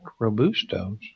robustos